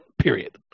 period